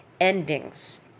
endings